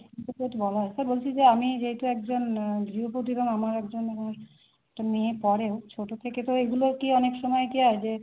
আচ্ছা বলছি যে আমি যেহেতু একজন গৃহবধূ এবং আমার একজন এরম একটা মেয়ে পড়েও ছোটো থেকে তো এগুলো কি অনেক সময় কি হয় যে